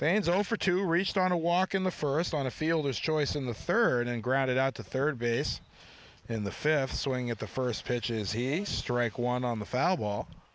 fans over to restart a walk in the first on the field his choice in the third and grounded out to third base in the fifth swing at the first pitch is he strike one on the foul